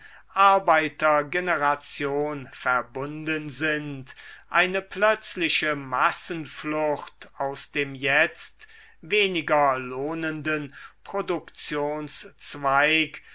arbeitergeneration verbunden sind eine plötzliche massenflucht aus dem jetzt weniger lohnenden produktionszweig